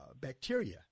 bacteria